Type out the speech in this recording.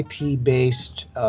IP-based